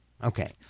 Okay